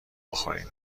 بخوریم